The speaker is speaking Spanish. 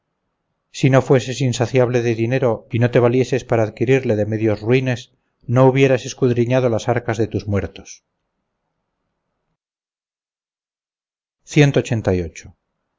si no fueses insaciable de dinero y no te valieses para adquirirle de medios ruines no hubieras escudriñado las arcas de tus muertos